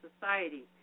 society